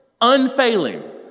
Unfailing